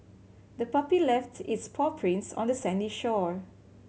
the puppy left its paw prints on the sandy shore